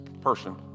person